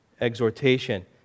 exhortation